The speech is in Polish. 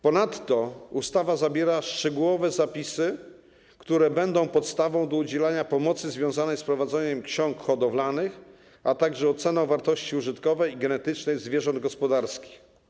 Ponadto ustawa zawiera szczegółowe zapisy, które będą podstawą do udzielania pomocy związanej z prowadzeniem ksiąg hodowlanych, a także oceny wartości użytkowej i genetycznej zwierząt gospodarskich.